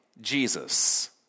Jesus